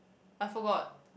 I forgot